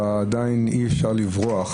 תיכף אני אגיע לזה.